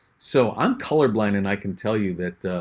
so i'm colorblind and i can tell you that